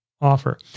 offer